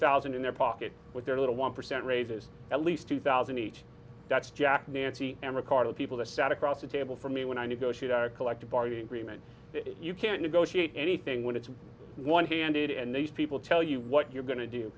thousand in their pocket with their little one percent raises at least two thousand each that's jack nancy and ricardo people that sat across the table from me when i negotiate our collective bargaining agreement you can't negotiate anything when it's one handed and these people tell you what you're going to do